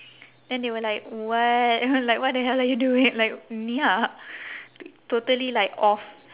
then they were like what like what the hell are you doing like neeha t~ totally like off